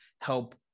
help